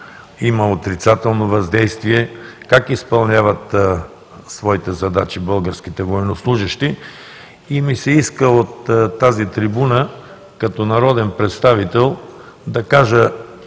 има отрицателно въздействие? Как изпълняват своите задачи българските военнослужещи? Иска ми се от тази трибуна като народен представител да кажа,